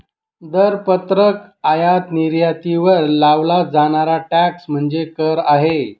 दरपत्रक आयात निर्यातीवर लावला जाणारा टॅक्स म्हणजे कर आहे